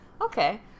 okay